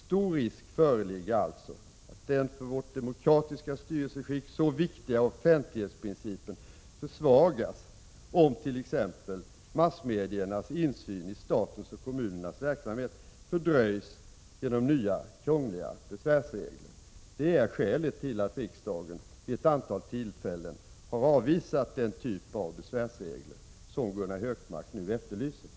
Stor risk föreligger alltså att den för vårt demokratiska styrelseskick så viktiga offentlighetsprincipen försvagas, om t.ex. massmediernas insyn i statens och kommunernas verksamhet fördröjs genom nya krångliga besvärsregler. Det är skälet till att riksdagen vid ett antal tillfällen har avvisat den typ av besvärsregler som Gunnar Hökmark nu efterlyser.